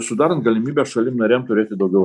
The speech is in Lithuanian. ir sudarant galimybę šalim narėm turėti daugiau